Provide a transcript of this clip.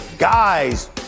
Guys